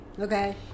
Okay